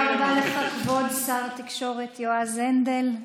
תודה רבה לך, כבוד שר התקשורת יועז הנדל.